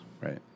Right